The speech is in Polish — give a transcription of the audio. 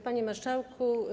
Panie Marszałku!